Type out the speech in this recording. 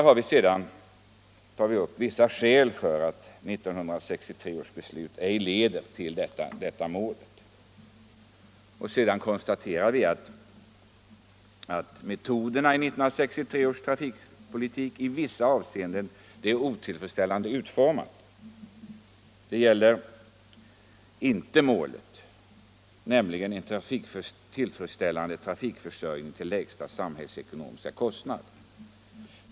Sedan anger vi vissa skäl till att 1963 års beslut ej leder till detta mål. Vi konstaterar vidare att metoderna i 1963 års trafikpolitik i vissa av seenden blev otillfredsställande utformade. Det gäller inte målet, alltså en tillfredsställande trafikförsörjning till lägsta samhällsekonomiska kostnad.